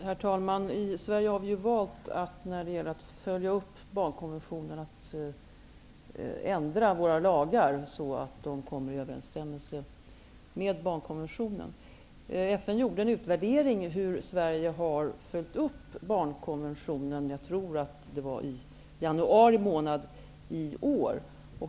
Herr talman! Vi har i Sverige valt att svara upp mot barnkonventionen genom att ändra våra lagar så att de står i överensstämmelse med barnkonventionen. FN gjorde en utvärdering av hur Sverige har följt upp barnkonventionen. Jag tror att den ägde rum i januari månad i år.